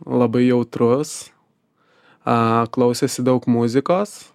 labai jautrus a klausėsi daug muzikos